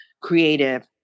creative